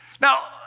Now